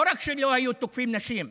לא רק שלא היו תוקפים נשים,